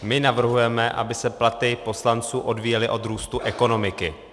My navrhujeme, aby se platy poslanců odvíjely od růstu ekonomiky.